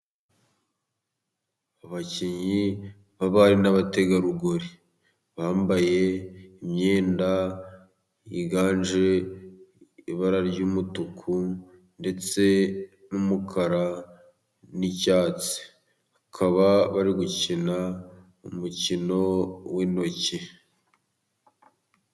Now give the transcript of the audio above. Abakinnyi b'abari n'abategarugori ,bambaye imyenda yiganje ibara ry'umutuku ndetse n'umukara n'icyatsi ,bakaba bari gukina umukino w'intoki.